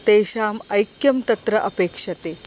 तेषाम् ऐक्यं तत्र अपेक्ष्यते